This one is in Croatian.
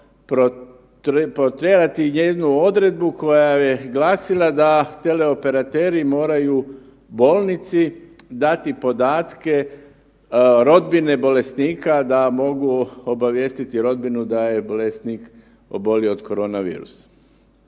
potjerati jednu odredbu koja je glasila da teleoperateri moraju bolnici dati podatke rodbine bolesnika da mogu obavijestiti rodbinu da je bolesnik obolio od koronavirusa.